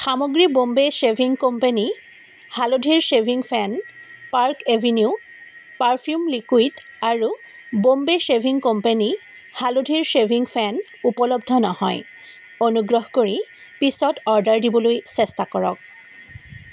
সামগ্ৰী বোম্বে শ্বেভিং কোম্পেনী হালধিৰ শ্বেভিং ফেন পাৰ্ক এভেনিউ পাৰফিউম লিকুইড আৰু বোম্বে শ্বেভিং কোম্পেনী হালধিৰ শ্বেভিং ফেন উপলব্ধ নহয় অনুগ্ৰহ কৰি পিছত অৰ্ডাৰ দিবলৈ চেষ্টা কৰক